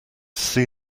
see